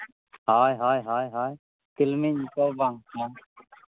ᱦᱳᱭ ᱦᱳᱭ ᱦᱳᱭ ᱦᱳᱭ ᱛᱤᱞᱢᱤᱧ ᱠᱚ ᱵᱟᱝ ᱦᱮᱸ